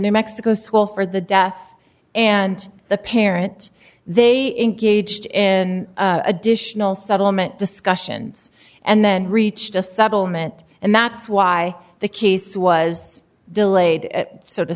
new mexico school for the deaf and the parent they engaged in additional settlement discussions and then reached a settlement and that's why the case was delayed so to